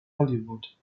hollywood